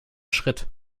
schritt